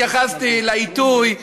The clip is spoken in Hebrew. התייחסתי לעיתוי,